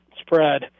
spread